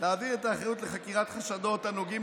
להעביר את האחריות לחקירת חשדות הנוגעים